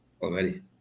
already